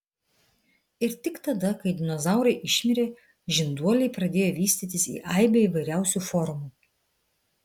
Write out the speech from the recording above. ir tik tada kai dinozaurai išmirė žinduoliai pradėjo vystytis į aibę įvairiausių formų